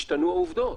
השתנו העובדות,